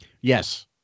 Yes